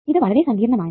ഇത് വളരെ സങ്കീർണ്ണമാണ്